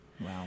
Wow